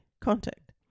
contact